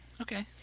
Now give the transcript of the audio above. okay